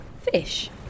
Fish